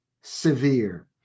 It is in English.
severe